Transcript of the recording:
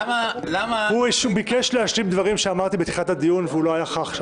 למה -- הוא ביקש להשלים דברים שאמרתי בתחילת הדיון והוא לא נכח.